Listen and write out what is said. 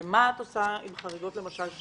מה את עושה עם חריגות שמובאות,